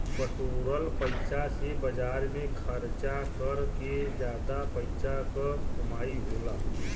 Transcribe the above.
बटोरल पइसा से बाजार में खरचा कर के जादा पइसा क कमाई होला